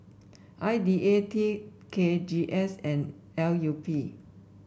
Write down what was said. I D A T K G S and L U P